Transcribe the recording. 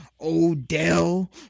odell